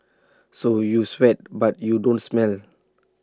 so you sweat but you don't smell